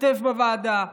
השתתף בוועדה,